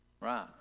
Right